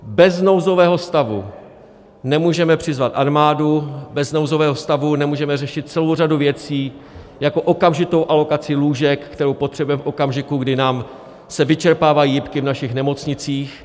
Bez nouzového stavu nemůžeme přizvat armádu, bez nouzového stavu nemůžeme řešit celou řadu věcí jako okamžitou alokaci lůžek, která potřebujeme v okamžiku, kdy se nám vyčerpávají JIPky v našich nemocnicích.